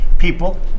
People